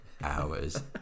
hours